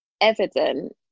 evident